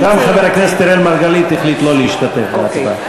גם חבר הכנסת אראל מרגלית החליט שלא להשתתף בהצבעה.